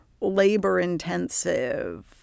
labor-intensive